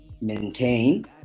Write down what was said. maintain